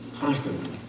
Constantly